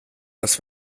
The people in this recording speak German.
dass